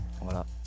voilà